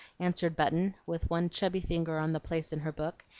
answered button, with one chubby finger on the place in her book,